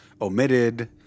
omitted